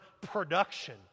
production